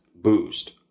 boost